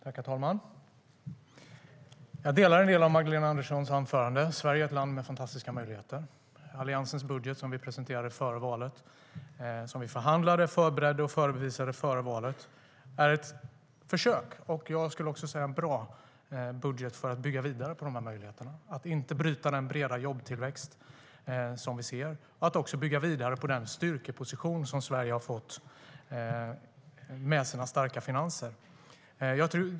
Herr talman! Jag delar en del av det Magdalena Andersson sa i sitt anförande. Sverige är ett land med fantastiska möjligheter. Alliansens budget, som vi förhandlade, förberedde och redovisade före valet, är ett försök och en bra budget för att bygga vidare på de här möjligheterna, att inte bryta den breda jobbtillväxt som vi ser och att bygga vidare på den styrkeposition som Sverige har fått med sina starka finanser.